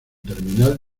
terminal